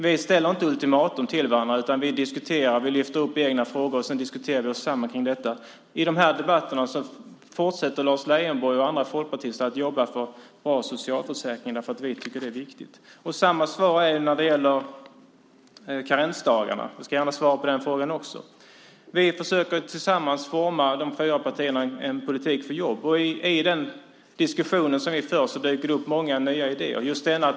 Vi ställer inte ultimatum till varandra utan vi lyfter upp egna frågor och sedan diskuterar vi oss samman. I de här debatterna fortsätter Lars Leijonborg och andra folkpartister att jobba för en bra socialförsäkring därför att vi tycker att det är viktigt. Samma svar blir det för frågan om karensdagar. Jag svarar gärna på den frågan också. Vi fyra partier försöker tillsammans forma en politik för jobb. I den diskussionen dyker många nya idéer upp.